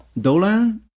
Dolan